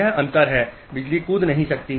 यह अंतर है बिजली कूद नहीं सकती